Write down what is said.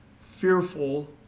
fearful